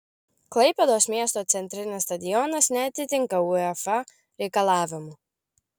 klaipėdos miesto centrinis stadionas neatitinka uefa reikalavimų